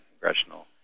congressional